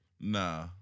Nah